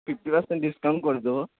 fifty percent discount করে দেবো